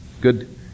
Good